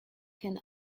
can